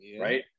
right